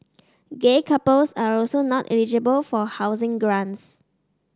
gay couples are also not eligible for housing grants